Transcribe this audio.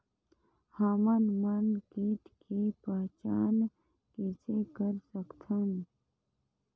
हमन मन कीट के पहचान किसे कर सकथन?